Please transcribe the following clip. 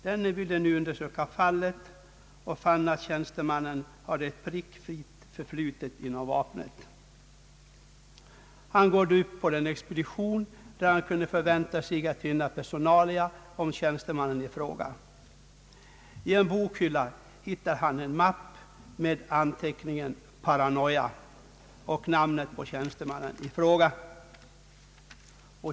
Denne ville nu undersöka fallet och fann att tjänste mannen hade ett prickfritt förflutet i vapnet. Läkaren gick upp till överläkarens expedition, där han kunde förvänta sig finna personalia om tjänstemannen i fråga. I en bokhylla hittade han en mapp med anteckningen paranoia och namnet på tjänstemannen i fråga.